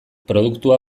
produktua